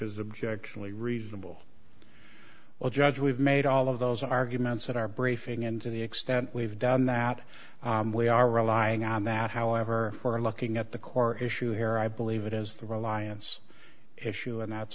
is objectionably reasonable well judge we've made all of those arguments that our briefing and to the extent we've done that we are relying on that however for looking at the core issue here i believe it is the reliance issue and that's